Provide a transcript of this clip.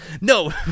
No